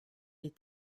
les